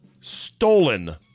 stolen